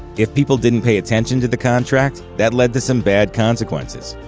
if people didn't pay attention to the contract, that led to some bad consequences.